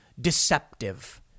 deceptive